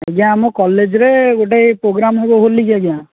ଆଜ୍ଞା ଆମ କଲେଜରେ ଗୋଟେ ପ୍ରୋଗ୍ରାମ୍ ହେବ ବୋଲି କି ଆଜ୍ଞା